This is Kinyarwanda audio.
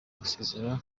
gusezera